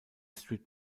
street